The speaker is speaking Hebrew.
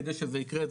כדי שזה ייקרה,